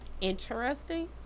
interesting